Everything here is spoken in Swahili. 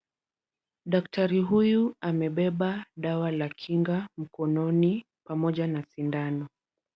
Daktari huyu amebeba dawa la kinga mkononi pamoja na sindano.